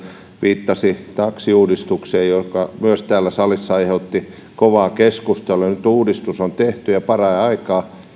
viittasi taksiuudistukseen joka täällä salissa myös aiheutti kovaa keskustelua nyt uudistus on tehty ja paraikaa